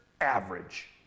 average